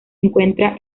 encuentra